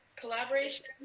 collaboration